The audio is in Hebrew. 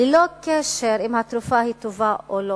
ללא קשר אם התרופה טובה או לא.